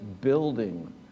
building